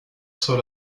sur